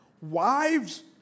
Wives